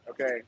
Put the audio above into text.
Okay